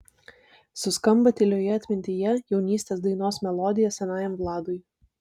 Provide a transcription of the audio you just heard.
suskamba tylioje atmintyje jaunystės dainos melodija senajam vladui